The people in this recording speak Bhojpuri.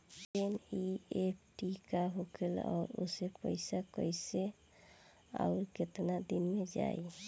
एन.ई.एफ.टी का होखेला और ओसे पैसा कैसे आउर केतना दिन मे जायी?